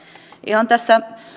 ihan tässä